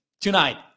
tonight